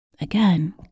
again